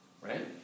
Right